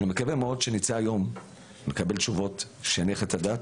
אני מקווה מאוד שנצא היום עם תשובות שיניחו את הדעת,